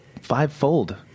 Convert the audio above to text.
fivefold